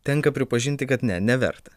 tenka pripažinti kad ne neverta